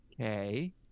Okay